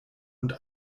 und